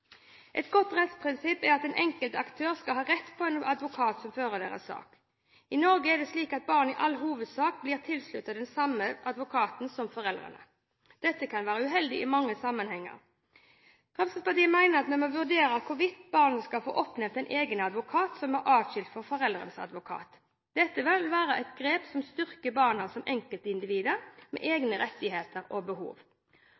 Et godt rettsprinsipp er at en enkeltaktør skal ha rett på en advokat som fører deres sak. I Norge er det slik at barn i all hovedsak blir tilsluttet den samme advokaten som foreldrene. Dette kan være uheldig i mange sammenhenger. Fremskrittspartiet mener at vi må vurdere hvorvidt barnet skal få oppnevnt en egen advokat som er atskilt fra foreldrenes advokat. Dette vil være et grep som styrker barna som enkeltindivider med